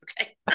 Okay